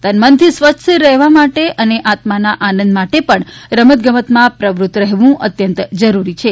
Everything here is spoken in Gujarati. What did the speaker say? તન મનથી સ્વસ્થ રહેવા માટે અને આત્માના આનંદ માટે પણ રમત ગમતમાં પ્રવૃત્ત રહેવું અત્યંત જરૂરી છે